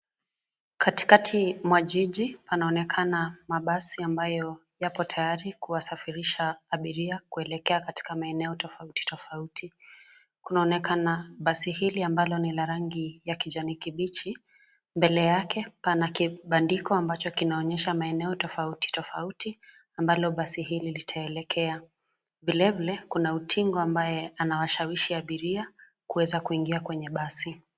Katikati mwa jiji, panaonekana mabasi ambayo yapo tayari kuwasafirisha abiria kuelekea katika maeneo tofauti tofauti. Kunaonekana basi hili ambalo ni la rangi ya kijani kibichi. Mbele yake pana kibandiko, ambacho kinaonyesha maeneo tofauti tofauti, ambalo basi hili litaelekea. Vilevile, kuna utingo ambaye, anawashawishi abiria, kuweza kuingia kwenye basi.